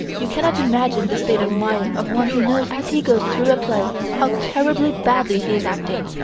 you cannot imagine the state of mind of one who knows as he goes through a play how terribly badly he is acting.